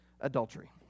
adultery